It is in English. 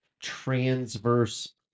transverse